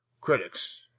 Critics